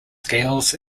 scales